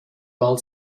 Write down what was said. mal